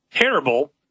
Terrible